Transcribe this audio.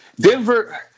Denver